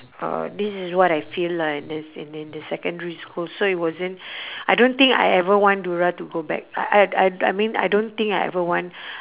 uh this is what I feel lah this and then the secondary school so it wasn't I don't think I ever want to go back I I I I mean I don't think I ever want